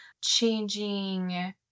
changing